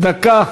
דקה.